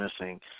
missing